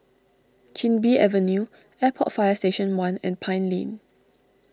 Chin Bee Avenue Airport Fire Station one and Pine Lane